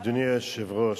אדוני היושב-ראש,